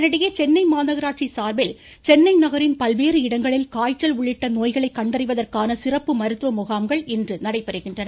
இதனிடையே சென்னை மாநகராட்சி சார்பில் சென்னை நகரின் பல்வேறு இடங்களில் காய்ச்சல் உள்ளிட்ட நோய்களை கண்டறிவதற்கான சிறப்பு மருத்துவ முகாம்கள் இன்று நடைபெறுகின்றன